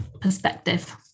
perspective